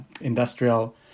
industrial